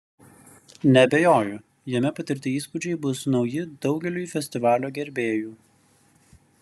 neabejoju jame patirti įspūdžiai bus nauji daugeliui festivalio gerbėjų